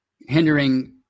hindering